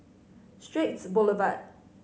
Straits Boulevard